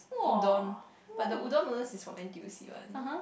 udon but the udon noodles is from N_T_U_C one